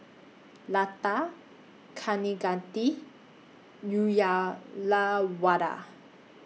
Lata Kaneganti Uyyalawada